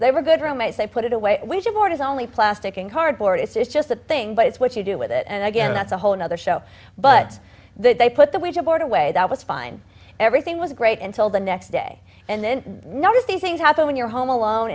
they were good roommates they put it away which award is only plastic and cardboard it's just a thing but it's what you do with it and i guess that's a whole another show but they put the way toward a way that was fine everything was great until the next day and then none of these things happen when you're home alone